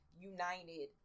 united